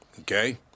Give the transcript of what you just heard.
Okay